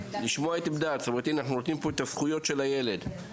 לשמוע את עמדתו והנה אנחנו נותנים את הזכויות של הילד.